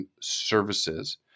services